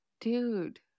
Dude